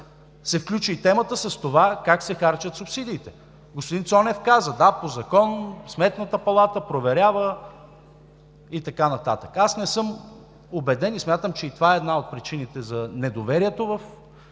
се включи и темата за това как се харчат субсидиите. Господин Цонев каза – по закон, Сметната палата проверява и така нататък. Аз не съм убеден и смятам, че и това е една от причините за недоверието в